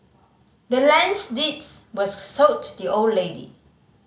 the land's deeds was sold to the old lady